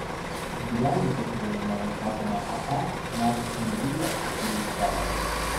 gyvenvietėje kurioje neva statoma ae matosi nedidelė statybų aikštelė